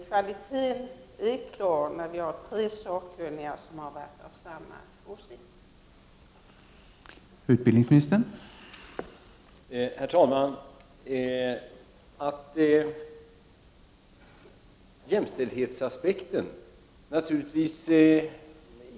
När det har funnits tre sakkunniga som har varit av samma åsikt är kvaliteten klar.